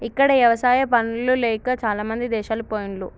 ఇక్కడ ఎవసాయా పనులు లేక చాలామంది దేశాలు పొయిన్లు